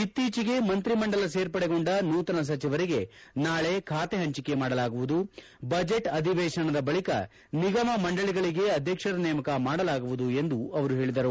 ಇತ್ತೀಚೆಗೆ ಮಂತ್ರಿಮಂಡಲ ಸೇರ್ಪಡೆಗೊಂಡ ನೂತನ ಸಚಿವರಿಗೆ ನಾಳೆ ಖಾತೆ ಹಂಚಿಕೆ ಮಾಡಲಾಗುವುದು ಬಜೆಟ್ ಅಧಿವೇಶನದ ಬಳಿಕ ನಿಗಮ ಮಂಡಳಿಗಳಿಗೆ ಅಧ್ಯಕ್ಷರ ನೇಮಕ ಮಾಡಲಾಗುವುದು ಎಂದು ಅವರು ಹೇಳಿದರು